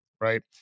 right